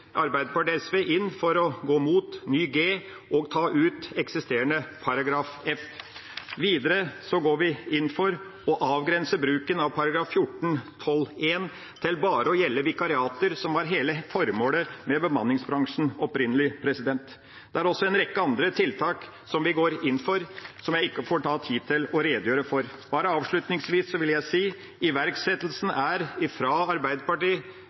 Arbeiderpartiet, Senterpartiet og SV inn for å gå mot ny bokstav g og ta ut eksisterende bokstav f. Videre går vi inn for å avgrense bruken av § 14-12 første ledd til bare å gjelde vikariater, som opprinnelig var hele formålet med bemanningsbransjen. Det er også en rekke andre tiltak vi går inn for, som jeg ikke har tid til å redegjøre for. Avslutningsvis vil jeg bare si: Iverksettelsen er fra Arbeiderpartiet,